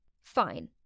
Fine